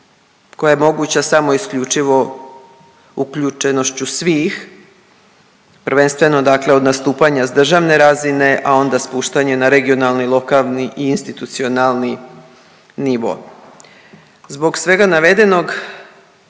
koja je moguća samo isključivo uključenošću svih prvenstveno dakle od nastupanja s državne razine, a onda spuštanje na regionalni, lokalni i institucionalni nivo. Zbog svega navedenog